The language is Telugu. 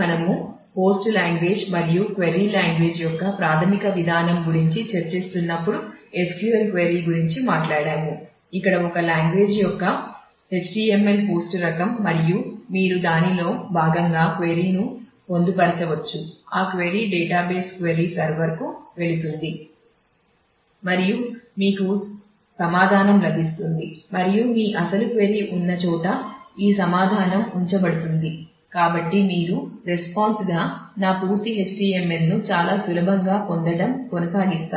మనము హోస్ట్ లాంగ్వేజ్ గా నా పూర్తి HTML ను చాలా సులభంగా పొందడం కొనసాగిస్తున్నారు